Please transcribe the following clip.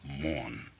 mourn